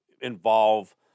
involve